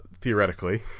theoretically